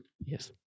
Yes